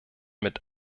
mit